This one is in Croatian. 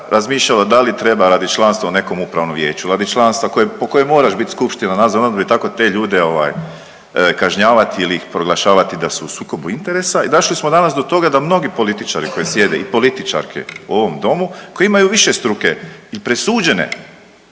razmišljalo da li treba radi članstva u nekom upravnom vijeću, radi članstva koje, po kojem moraš bit skupština nadzornog odbora i tako te ljude ovaj kažnjavat ili ih proglašavati da su u sukobu interesa i došli smo danas do toga da mnogi političari koji sjede i političarke u ovom domu koji imaju višestruke i presuđene